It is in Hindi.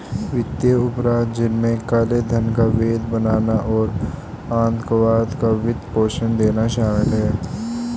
वित्तीय अपराध, जिनमें काले धन को वैध बनाना और आतंकवाद को वित्त पोषण देना शामिल है